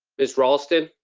miss raulston?